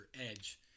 edge